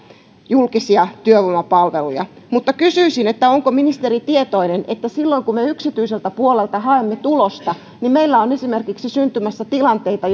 julkisia työvoimapalveluja mutta kysyisin onko ministeri tietoinen että silloin kun me yksityiseltä puolelta haemme tulosta niin meillä on esimerkiksi syntymässä tilanteita